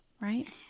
right